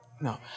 No